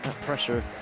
pressure